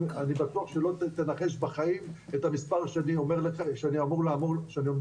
אני בטוח שלא תנחש בחיים את המספר שאני מתכוון